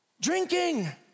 Drinking